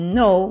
no